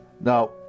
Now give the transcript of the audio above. Now